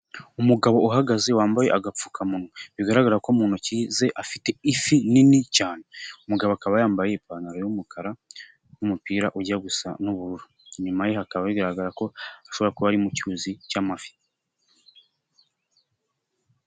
Umugabo uhagaze wambaye agapfukamunwa, bigaragara ko mu ntoki ze afite ifi nini cyane. Umugabo akaba yambaye ipantaro y'umukara n'umupira ujya gusa n'ubururu. Inyuma ye hakaba bigaragara ko hashobora kuba ari mu cyuzi cy'amafi.